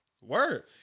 word